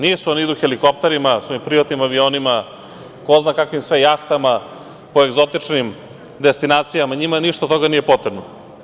Nisu, oni idu helikopterima, svojim privatnim avionima, ko zna kakvim sve jahtama, po egzotičnim destinacijama, njima ništa od toga nije potrebno.